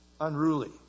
unruly